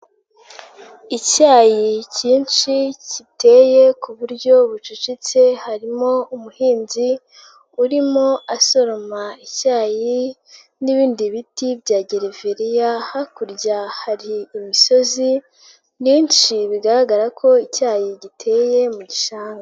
Icyayi kinshi giteye ku buryo bucecetse harimo umuhinzi urimo asoroma icyayi n'ibindi biti byagereviriya, hakurya hari imisozi myinshi bigaragara ko icyayi giteye mu gishanga.